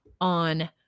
on